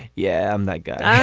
yeah i'm that guy.